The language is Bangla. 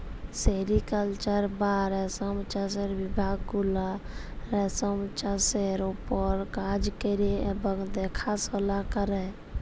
সেরিকাল্চার বা রেশম চাষের বিভাগ গুলা রেশমের চাষের উপর কাজ ক্যরে এবং দ্যাখাশলা ক্যরে